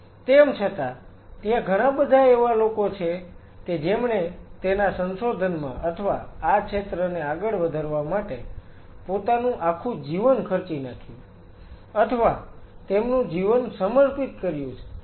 તેમ છતાં ત્યાં ઘણાબધા એવા લોકો છે કે જેમણે તેના સંશોધનમાં અથવા આ ક્ષેત્રને આગળ વધારવા માટે પોતાનું આખું જીવન ખર્ચી નાખ્યું છે અથવા તેમનું જીવન સમર્પિત કર્યું છે